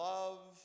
Love